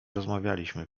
rozmawialiśmy